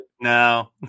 No